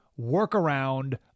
workaround